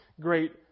great